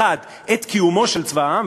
1. את קיומו של צבא העם,